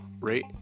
rate